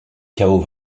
chaos